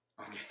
Okay